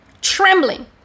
trembling